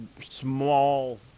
small